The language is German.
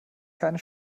keine